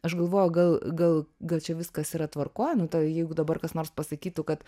aš galvojau gal gal gal čia viskas yra tvarkoj nu ta jeigu dabar kas nors pasakytų kad